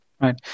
Right